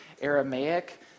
Aramaic